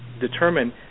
determine